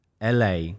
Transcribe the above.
LA